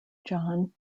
john